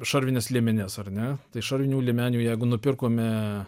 šarvines liemenes ar ne tai šarvinių liemenių jeigu nupirkome